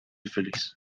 feliz